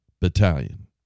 Battalion